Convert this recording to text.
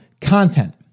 content